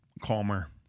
Calmer